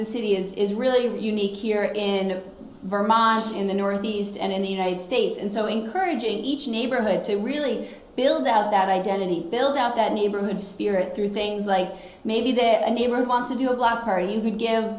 the city is really unique here in vermont in the northeast and in the united states and so encouraging each neighborhood to really build out that identity build out that neighborhood spirit through things like maybe that a neighborhood wants to do a block party would give